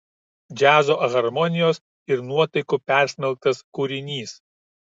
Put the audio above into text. džiazo harmonijos ir nuotaikų persmelktas kūrinys